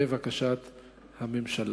בבקשת הממשלה.